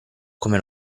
come